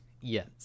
yes